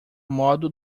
modo